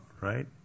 right